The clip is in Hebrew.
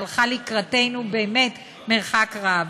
שהלכה לקראתנו באמת מרחק רב,